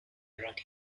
wrote